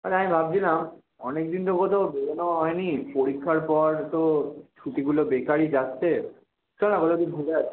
আরে আমি ভাবছিলাম অনেক দিন তো কোথাও বেরোনোও হয় নি পরীক্ষার পর তো ছুটিগুলো বেকারই যাচ্ছে চল না কোথাও একটু ঘুরে আসি